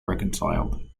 reconciled